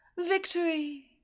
Victory